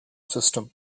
system